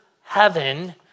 heaven